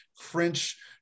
French